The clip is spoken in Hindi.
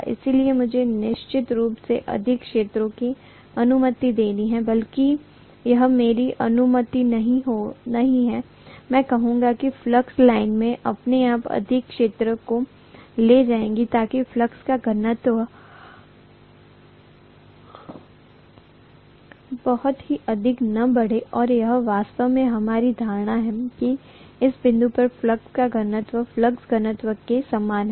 इसलिए मुझे निश्चित रूप से अधिक क्षेत्र की अनुमति देनी है बल्कि यह मेरी अनुमति नहीं है मैं कहूंगा कि फ्लक्स लाइनें अपने आप अधिक क्षेत्र को ले जाएंगी ताकि फ्लक्स का घनत्व बहुत अधिक न बढ़े और यह वास्तव में हमारी धारणा है कि इस बिंदु पर फ्लक्स का घनत्व फ्लक्स घनत्व के समान है